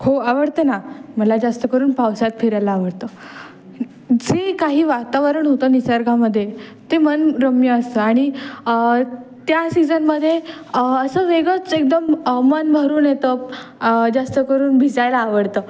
हो आवडतं ना मला जास्तकरून पावसात फिरायला आवडतं जे काही वातावरण होतं निसर्गामध्ये ते मनोरम्य असतं आणि त्या सीजनमध्ये असं वेगळंच एकदम मन भरून येतं जास्तकरून भिजायला आवडतं